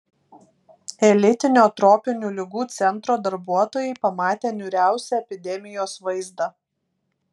elitinio tropinių ligų centro darbuotojai pamatė niūriausią epidemijos vaizdą